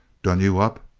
done you up?